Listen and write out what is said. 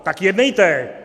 Tak jednejte!